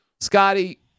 Scotty